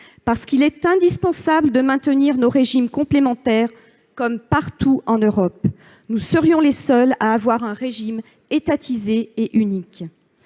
parce qu'il est indispensable de maintenir nos régimes complémentaires, comme partout en Europe. Nous serions les seuls à avoir un régime étatisé et unique